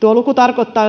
tuo luku tarkoittaa